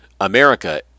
America